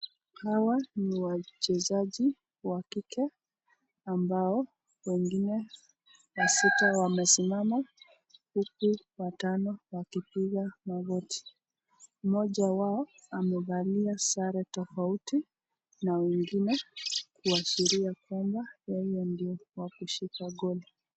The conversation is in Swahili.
Hawa ni wachezaji wa kike ambao wengine wasita wamesimama huku watano wakipiga magoti. Mmoja wao amevalia sare tofauti na wengine kuashiria kwamba yeye ndiye wa kushika goli.